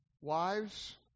wives